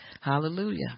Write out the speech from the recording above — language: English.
Hallelujah